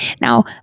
Now